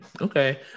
Okay